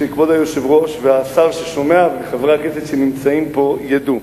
שכבוד היושב-ראש והשר ששומע וחברי הכנסת שנמצאים פה ידעו: